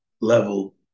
level